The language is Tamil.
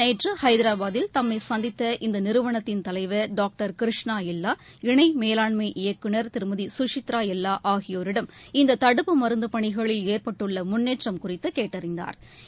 நேற்று ஹைதராபாத்தில் தம்மை சந்தித்த இந்த நிறுவனத்தின் தலைவர் டாக்டர் கிருஷ்ணா எல்லா இணை மேலாண்மை இயக்குநர் திருமதி சுசித்ரா எல்லா ஆகியோரிடம் இந்த தடுப்பு மருந்து பணிகளில் ஏற்பட்டுள்ள முன்னேற்றம் குறித்து கேட்டறிந்தாா்